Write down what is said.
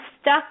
stuck